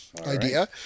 idea